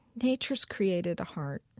nature's created a heart.